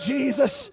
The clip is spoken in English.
Jesus